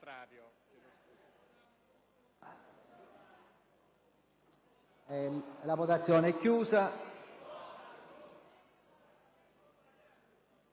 Grazie,